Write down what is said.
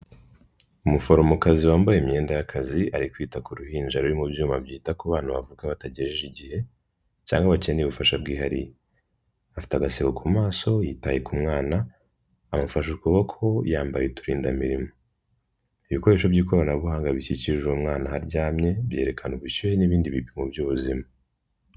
Umuforomokazi wambaye imyenda y'akazi, ari kwita ku ruhinja ruri mu byuma byita ku bana bavuka bategereje igihe cyangwa bakeneye ubufasha bwihariye, afite agaseko ku maso, yitaye ku mwana, amufashe ukuboko yambaye uturindamirimo, ibikoresho by'ikoranabuhanga bikikije uwo mwana aho aryamye byerekana ubushyuhe n'ibindi bipimo by'ubuzima.